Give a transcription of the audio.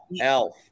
Elf